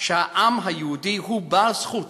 שהעם היהודי הוא בעל זכות